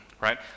right